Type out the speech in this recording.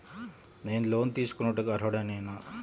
నేను లోన్ తీసుకొనుటకు అర్హుడనేన?